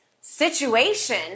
situation